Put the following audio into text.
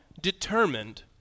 determined